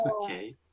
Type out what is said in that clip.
Okay